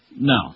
No